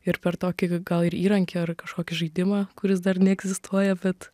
ir per tokį gal ir įrankį ar kažkokį žaidimą kuris dar neegzistuoja bet